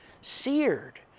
seared